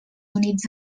units